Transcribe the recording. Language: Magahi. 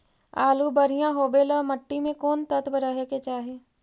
आलु बढ़िया होबे ल मट्टी में कोन तत्त्व रहे के चाही?